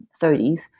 30s